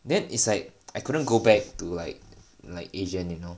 then is like I couldn't go back to like like asian you know